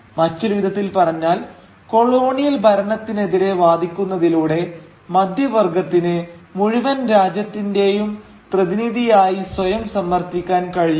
മറ്റൊരു വിധത്തിൽ പറഞ്ഞാൽ കൊളോണിയൽ ഭരണത്തിനെതിരെ വാദിക്കുന്നതിലൂടെ മധ്യവർഗ്ഗത്തിന് മുഴുവൻ രാജ്യത്തിന്റെയും പ്രതിനിധിയായി സ്വയം സമർത്ഥിക്കാൻ കഴിയും